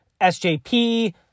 SJP